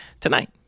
Tonight